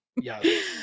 Yes